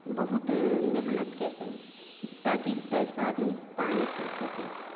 बहुत मेहनत कैके ताकि दश आदमी पानि पी सकैत छै